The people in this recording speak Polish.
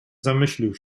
zamyślił